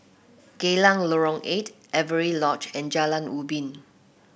Geylang Lorong Eight Avery Lodge and Jalan Ubin